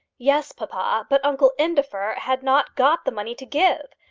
yes, papa but uncle indefer had not got the money to give.